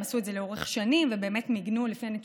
הם עשו את זה לאורך שנים ובאמת מיגנו,